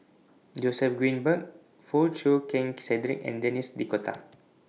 Joseph Grimberg Foo Chee Keng Cedric and Denis D'Cotta